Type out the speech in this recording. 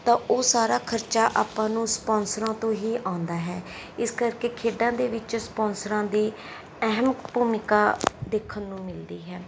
ਤਾਂ ਉਹ ਸਾਰਾ ਖਰਚਾ ਆਪਾਂ ਨੂੰ ਸਪੋਂਸਰਾਂ ਤੋਂ ਹੀ ਆਉਂਦਾ ਹੈ ਇਸ ਕਰਕੇ ਖੇਡਾਂ ਦੇ ਵਿੱਚ ਸਪੋਂਸਰਾਂ ਦੀ ਅਹਿਮ ਭੂਮਿਕਾ ਦੇਖਣ ਨੂੰ ਮਿਲਦੀ ਹੈ